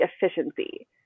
efficiency